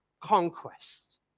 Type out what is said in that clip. conquest